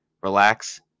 relax